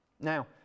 Now